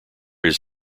his